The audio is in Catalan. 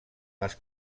les